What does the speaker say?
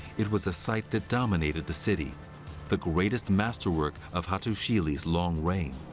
it was a sight that dominated the city the greatest masterwork of hattusili's long reign.